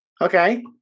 Okay